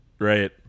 Right